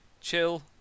chill